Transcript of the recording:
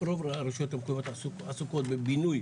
רוב הרשויות המקומיות עשו קוד בבינוי.